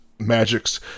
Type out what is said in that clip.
magic's